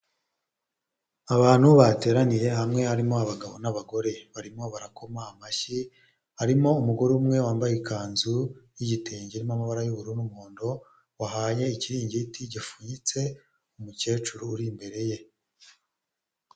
Abantu bateraniye hamwe harimo abagabo n'abagore, barimo barakoma amashyi harimo umugore umwe wambaye ikanzu y'igitenge irimo amabara y'ubururu n'umuhondo wahaye ikiringiti gifunyitse umukecuru uri imbere ye.